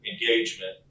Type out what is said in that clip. engagement